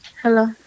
Hello